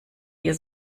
ihr